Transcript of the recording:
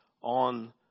on